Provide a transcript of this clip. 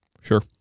Sure